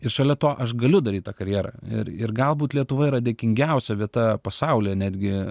ir šalia to aš galiu daryt tą karjerą ir ir galbūt lietuva yra dėkingiausia vieta pasaulyje netgi